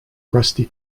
rusty